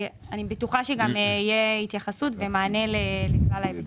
אני בטוחה שתהיה התייחסות ומענה לכלל ההיבטים.